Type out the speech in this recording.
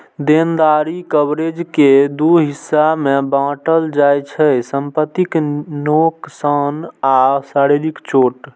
देनदारी कवरेज कें दू हिस्सा मे बांटल जाइ छै, संपत्तिक नोकसान आ शारीरिक चोट